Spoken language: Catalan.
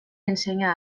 ensenya